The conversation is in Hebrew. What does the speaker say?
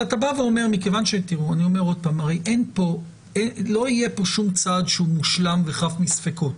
אני אומר שוב שלא יהיה כאן שום צעד שהוא מושלם וחף מספקות.